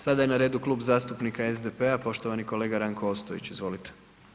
Sada je na redu Klub zastupnika SDP-a, poštovani kolega Ranko Ostojić, izvolite.